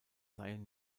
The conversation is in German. seien